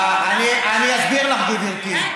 אסביר לך, גברתי.